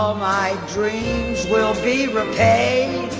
um my dreams will be repaid.